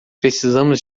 precisamos